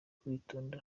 kwitonda